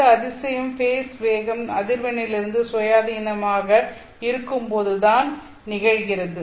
இந்த அதிசயம் ஃபேஸ் வேகம் அதிர்வெண்ணிலிருந்து சுயாதீனமாக இருக்கும்போதுதான் நிகழ்கிறது